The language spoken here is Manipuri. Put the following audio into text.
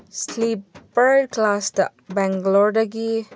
ꯁ꯭ꯂꯤꯄꯔ ꯀ꯭ꯂꯥꯁꯇ ꯕꯦꯡꯒ꯭ꯂꯣꯔꯗꯒꯤ